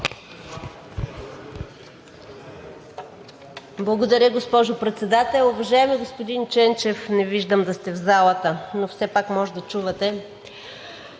Благодаря, госпожо Председател. Уважаеми господин Ченчев, не виждам да сте в залата, но все пак може да чувате.